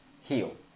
Heal